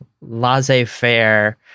laissez-faire